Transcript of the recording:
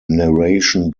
narration